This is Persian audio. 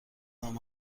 نام